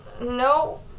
No